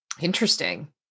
Interesting